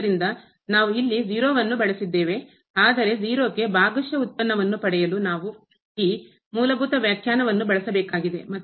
ಆದ್ದರಿಂದ ನಾವು ಇಲ್ಲಿ 0 ಅನ್ನು ಬಳಸಿದ್ದೇವೆ ಆದರೆ 0 ಕ್ಕೆ ಭಾಗಶಃ ವ್ಯುತ್ಪನ್ನವನ್ನು ಪಡೆಯಲು ನಾವು ಈ ಮೂಲಭೂತ ವ್ಯಾಖ್ಯಾನವನ್ನು ಬಳಸಬೇಕಾಗಿದೆ